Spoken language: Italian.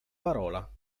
parola